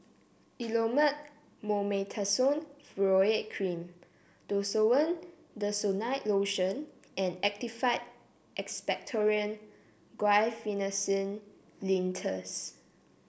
Elomet Mometasone Furoate Cream Desowen Desonide Lotion and Actified Expectorant Guaiphenesin Linctus